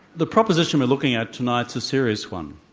the proposition we're looking at tonight's a serious one.